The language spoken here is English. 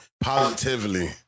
positively